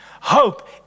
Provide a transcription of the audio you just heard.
Hope